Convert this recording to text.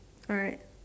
alright